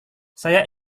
saya